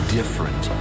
different